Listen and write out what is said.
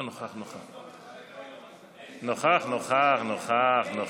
נוכח, נוכח, נוכח, נוכח.